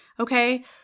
Okay